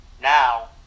Now